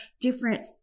different